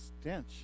stench